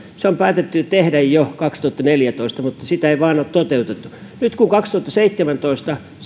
se on päätetty tehdä jo kaksituhattaneljätoista mutta sitä ei vain ole toteutettu nyt kun kaksituhattaseitsemäntoista